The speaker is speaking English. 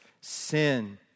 sin